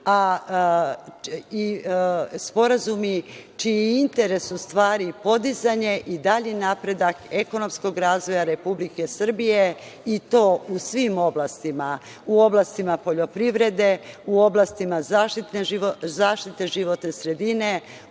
sporazumi čiji interes u stvari je podizanje i dalji napredak, ekonomskog razvoja Republike Srbije i to u svim oblastima. U oblastima poljoprivrede, u oblastima zaštite životne sredine,